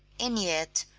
and yet,